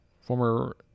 former